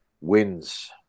Wins